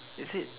is it